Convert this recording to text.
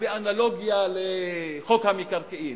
באנלוגיה לחוק המקרקעין,